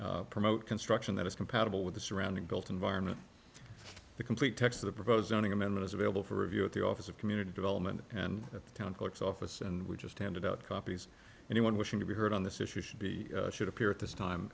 to promote construction that is compatible with the surrounding built environment the complete text of the proposed running amendment is available for review at the office of community development at the town courts office and we just handed out copies anyone wishing to be heard on this issue should be should appear at this time